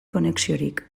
konexiorik